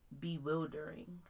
bewildering